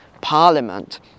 Parliament